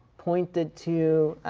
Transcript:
pointed to